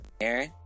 Aaron